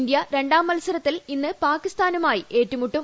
India രണ്ടാം മത്സരത്തിൽ ഇന്ന് പാകിസ്ഥാനുമായി ഏറ്റുമുട്ടും